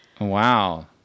Wow